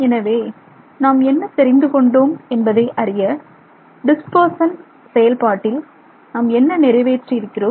எனவே நாம் என்ன தெரிந்து கொண்டோம் என்பதை அறிய டிஸ்பெர்சன் செயல்பாட்டில் நாம் என்ன நிறைவேற்றி இருக்கிறோம்